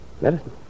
Medicine